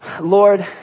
Lord